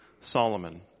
Solomon